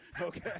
Okay